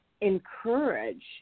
encourage